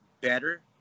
better